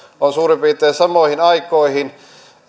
ovat suurin piirtein samoihin aikoihin